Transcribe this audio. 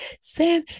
Sam